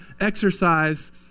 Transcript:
exercise